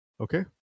Okay